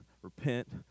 Repent